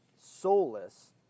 soulless